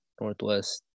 Northwest